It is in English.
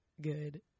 good